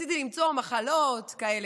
ניסיתי למצוא מחלות כאלה.